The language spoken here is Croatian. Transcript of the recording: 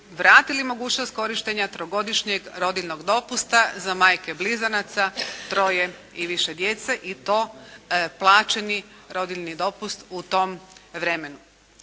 vratili mogućnost korištenja trogodišnjeg rodiljnog dopusta za majke blizanaca, troje i više djece i to plaćeni rodiljni dopust u tom vremenu.